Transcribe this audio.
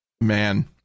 Man